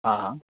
हाँ हाँ